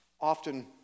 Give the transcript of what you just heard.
often